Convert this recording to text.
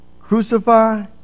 Crucify